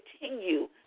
continue